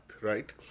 right